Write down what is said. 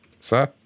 sir